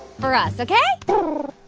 for us, ok?